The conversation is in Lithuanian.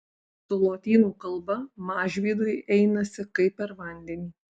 su lotynų kalba mažvydui einasi kaip per vandenį